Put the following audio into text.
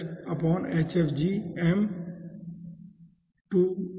ठीक है